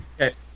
okay